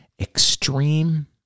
Extreme